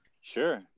sure